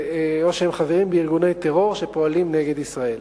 או שהם חברים בארגוני טרור שפועלים נגד ישראל.